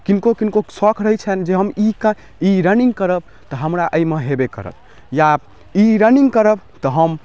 किनको किनको सौख रहै छैन जे हम ई कऽ ई रनिंग करब तऽ हमरा अइमे हेबे करत या ई रनिंग करब तऽ हम